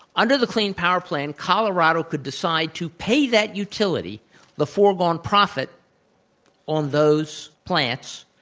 under the clean power plan, colorado could decide to pay that utility the forgone profit on those plants,